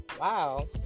wow